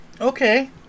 Okay